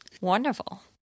Wonderful